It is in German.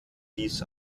dies